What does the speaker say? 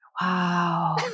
wow